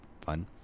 Fun